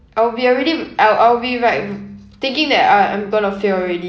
I would be already I'll I'll be like thinking that I I'm going to fail already